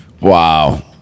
Wow